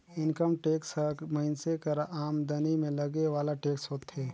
income tax हर मइनसे कर आमदनी में लगे वाला टेक्स होथे